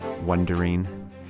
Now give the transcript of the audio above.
wondering